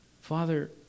Father